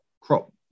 crop